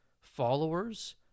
followers